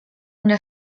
una